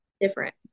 different